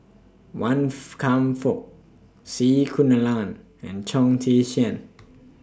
Wan Foo Kam Fook C Kunalan and Chong Tze Chien